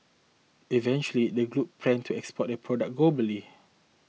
eventually the group plans to export products globally